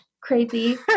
crazy